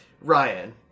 Ryan